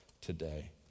today